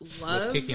love